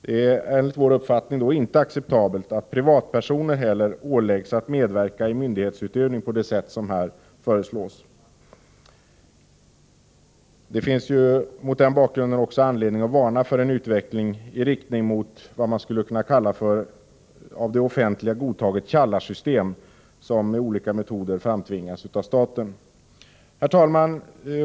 Enligt vår uppfattning är det inte heller acceptabelt att privatpersoner åläggs att medverka i myndighetsutövning på det sätt som här föreslås. Det finns anledning att varna för en utveckling i riktning mot ett av det offentliga godtaget ”tjallarsystem”, som med olika metoder framtvingas av staten. Herr talman!